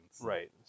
Right